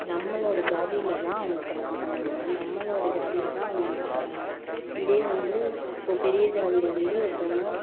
நம்மளோட ஜாதியிலதான் அவங்க கல்யாணம் பண்ணனும் நம்மளோட ஜாதியிலதான் அவங்க இருக்கணும் இதே வந்து இப்போ பெரிய ஜாதியிலேருந்து ஒருத்தவங்க